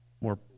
more